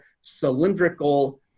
cylindrical